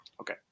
Okay